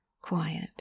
quiet